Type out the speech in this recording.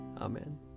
Amen